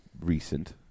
recent